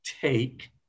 Take